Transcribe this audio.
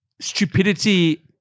stupidity